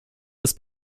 des